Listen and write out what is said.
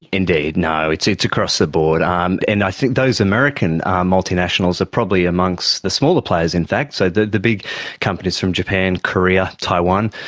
indeed no, it's it's across the board, um and i think those american multinationals are probably amongst the smaller players in fact. so the the big companies from japan, korea, taiwan,